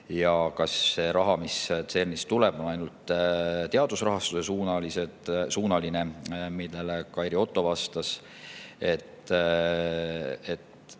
ja kas see raha, mis CERN‑ist tuleb, on ainult teadusrahastuse-suunaline. Kairi Otto vastas, et